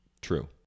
True